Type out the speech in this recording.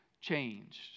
changed